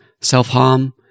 self-harm